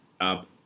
up